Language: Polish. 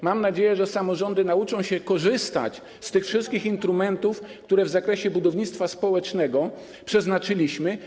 Mam nadzieję, że samorządy nauczą się korzystać z tych wszystkich instrumentów, które w zakresie budownictwa społecznego przewidzieliśmy.